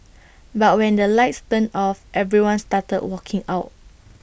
but when the lights turned off everyone started walking out